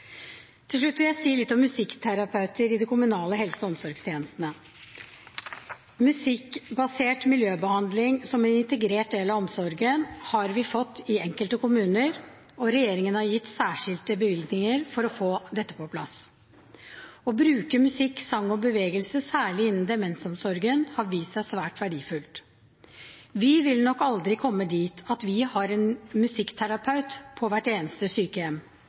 Til slutt vil jeg si litt om musikkterapeuter i de kommunale helse- og omsorgstjenestene. Musikkbasert miljøbehandling som en integrert del av omsorgen har vi fått i enkelte kommuner, og regjeringen har gitt særskilte bevilgninger for å få dette på plass. Å bruke musikk, sang og bevegelse, særlig innen demensomsorgen, har vist seg svært verdifullt. Vi vil nok aldri komme dit at vi har en musikkterapeut på hvert eneste sykehjem,